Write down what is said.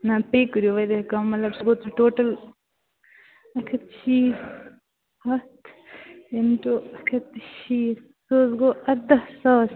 نہَ بیٚیہِ کٔرِو وارِیاہ کَم مطلب سُہ گوٚو تیٚلہِ ٹوٹل اکھ ہتھ شیٖتھ ہتھ اِن ٹُو اکھ ہتھ تہٕ شیٖتھ سُہ حظ گوٚو اردَہ ساس